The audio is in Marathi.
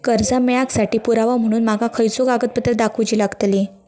कर्जा मेळाक साठी पुरावो म्हणून माका खयचो कागदपत्र दाखवुची लागतली?